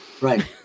Right